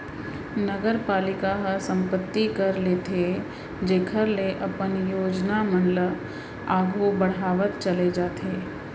नगरपालिका ह संपत्ति कर लेथे जेखर ले अपन योजना मन ल आघु बड़हावत चले जाथे